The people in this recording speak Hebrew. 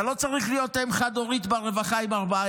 לא צריך להיות אם חד-הורית ברווחה עם ארבעה